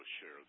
Share